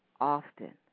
Often